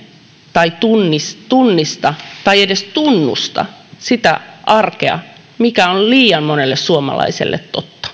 tai tunnista tunnista tai edes tunnusta sitä arkea mikä on liian monelle suomalaiselle totta